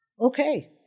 Okay